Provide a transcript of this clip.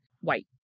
white